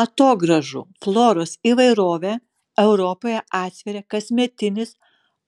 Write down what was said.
atogrąžų floros įvairovę europoje atsveria kasmetinis